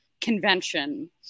convention